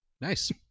Nice